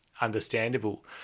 understandable